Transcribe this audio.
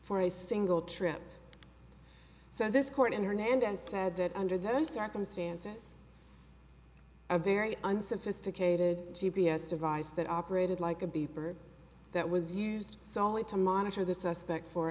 a single trip so this court in hernandez said that under those circumstances a very unsophisticated g p s device that operated like a beeper that was used solely to monitor the suspect for